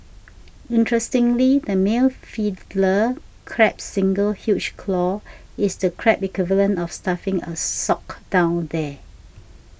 interestingly the male Fiddler Crab's single huge claw is the crab equivalent of stuffing a sock down there